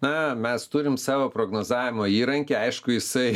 na mes turim savo prognozavimo įrankį aišku jisai